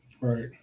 Right